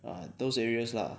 uh those areas lah